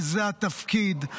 וזה התפקיד,